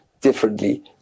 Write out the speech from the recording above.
differently